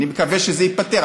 אני מקווה שזה ייפתר.